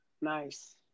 Nice